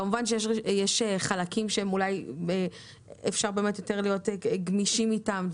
כמובן שיש חלקים שאולי אפשר באמת להיות יותר גמישים איתם,